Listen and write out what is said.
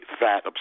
fat